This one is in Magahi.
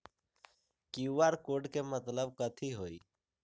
कियु.आर कोड के मतलब कथी होई?